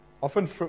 often